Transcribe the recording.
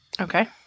Okay